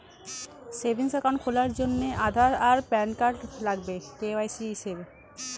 savings account খোলার জন্যে আধার আর প্যান কার্ড লাগবে কে.ওয়াই.সি হিসেবে